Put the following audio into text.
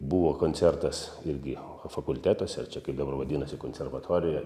buvo koncertas irgi fakultetuose ar čia kaip dabar vadinasi konservatorija